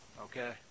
okay